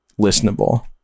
listenable